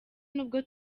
n’ubwo